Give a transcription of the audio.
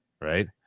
right